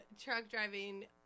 truck-driving